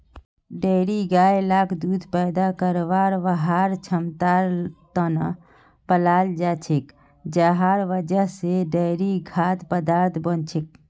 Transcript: dairy गाय लाक दूध पैदा करवार वहार क्षमतार त न पालाल जा छेक जहार वजह से डेयरी खाद्य पदार्थ बन छेक